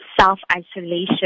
self-isolation